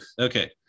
Okay